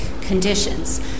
conditions